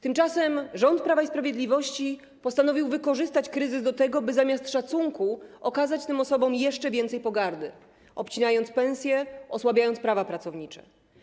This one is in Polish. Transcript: Tymczasem rząd Prawa i Sprawiedliwości postanowił wykorzystać kryzys do tego, by zamiast szacunku okazać tym osobom jeszcze więcej pogardy, obcinając pensje, osłabiając prawa pracownicze.